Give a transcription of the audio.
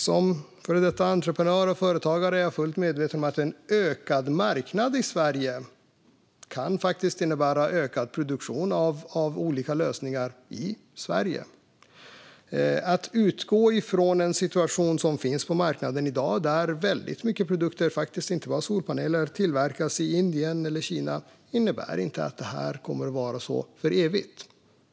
Som före detta entreprenör och företagare är jag fullt medveten om att en ökad marknad i Sverige faktiskt kan innebära ökad produktion av olika lösningar i Sverige. Att situationen på marknaden ser ut som den gör i dag, det vill säga att många produkter - faktiskt inte bara solpaneler - tillverkas i Indien eller Kina, innebär inte att det kommer att vara så för evigt.